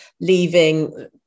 leaving